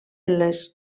les